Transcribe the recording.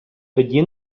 тоді